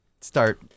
start